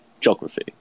geography